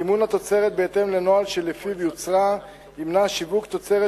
סימון התוצרת בהתאם לנוהל שלפיו יוצרה ימנע שיווק תוצרת